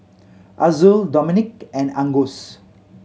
Azul Dominique and Angus